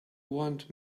want